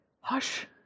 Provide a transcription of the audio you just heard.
Hush